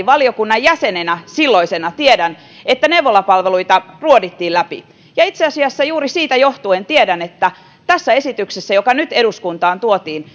valiokunnan jäsenenä tiedän että neuvolapalveluita ruodittiin läpi ja itse asiassa juuri siitä johtuen tiedän että tässä esityksessä joka nyt eduskuntaan tuotiin